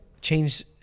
change